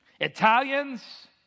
Italians